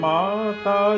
Mata